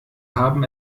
haben